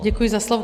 Děkuji za slovo.